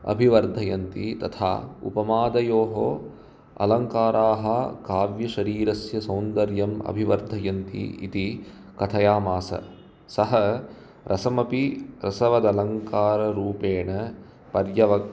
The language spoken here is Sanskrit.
अभिवर्धयन्ति तथा उपमादयोः अलङ्काराः काव्यशरीरस्य सौन्दर्यम् अभिवर्धयन्ति इति कथयामास सः रसमपि रसवदलङ्काररूपेण पर्यव